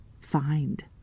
find